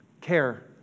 Care